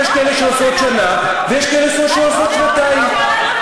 יש כאלה שעושות שנה ויש כאלה שעושות שנתיים.